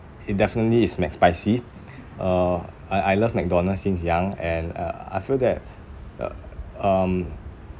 it definitely is mcspicy uh I I love mcdonald's since young and uh I feel that uh um